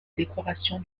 décoration